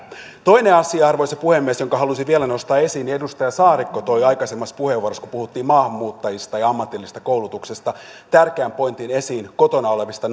toinen asia arvoisa puhemies jonka halusin vielä nostaa esiin edustaja saarikko toi aikaisemmassa puheenvuorossa kun puhuttiin maahanmuuttajista ja ja ammatillisesta koulutuksesta esiin tärkeän pointin kotona olevista